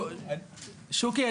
שוקי,